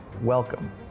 Welcome